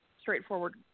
straightforward